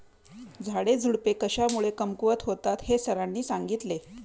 झाडेझुडपे कशामुळे कमकुवत होतात हे सरांनी सांगितले